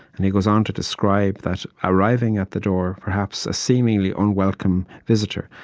and he goes on to describe that arriving at the door, perhaps a seemingly unwelcome visitor,